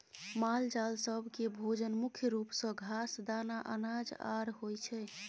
मालजाल सब केँ भोजन मुख्य रूप सँ घास, दाना, अनाज आर होइ छै